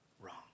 wrong